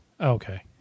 okay